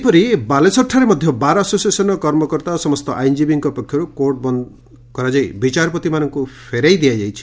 ସେହିଭଳି ବାଲେଶ୍ୱରଠାରେ ମଧ୍ଧ ବାର୍ ଆସୋସିଏସନ୍ର କର୍ମକର୍ତା ଓ ସମସ୍ତ ଆଇନଜୀବୀଙ୍କ ପକ୍ଷରୁ କୋର୍ଟ ବନ୍ଦ କରାଯାଇ ବିଚାରପତିମାନଙ୍ଙୁ ଫେରାଇ ଦିଆଯାଇଛି